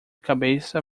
cabeça